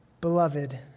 Beloved